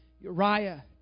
Uriah